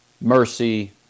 mercy